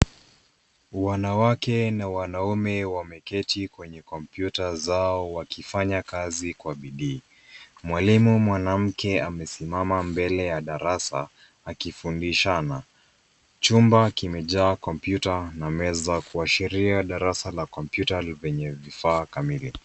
Wanawake na wanaume wameketi kwenye kompyuta zao wakifanya kazi kwa bidii. Mwalimu mwanamke amesimama mbele ya darasa akifundishana. Chumba kimejaa kompyuta na meza kuashiria darasa la kompyuta lenye vifaa kamili.